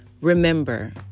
remember